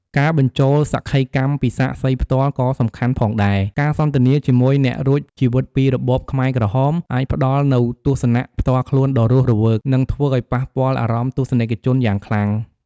ការបញ្ចូលសក្ខីកម្មពីសាក្សីផ្ទាល់ក៏សំខាន់ផងដែរ ការសន្ទនាជាមួយអ្នករួចជីវិតពីរបបខ្មែរក្រហម អាចផ្តល់នូវទស្សនៈផ្ទាល់ខ្លួនដ៏រស់រវើក និងធើ្វឲ្យប៉ះពាល់អារម្មណ៍ទស្សនិកជនយ៉ាងខ្លាំង។